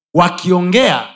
wakiongea